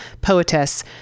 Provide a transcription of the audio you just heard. poetess